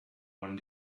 one